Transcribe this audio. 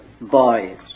boys